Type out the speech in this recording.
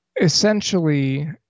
essentially